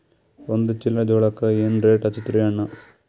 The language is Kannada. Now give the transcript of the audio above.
ಒಂದ ಚೀಲಾ ಜೋಳಕ್ಕ ಏನ ರೇಟ್ ಹಚ್ಚತೀರಿ ಅಣ್ಣಾ?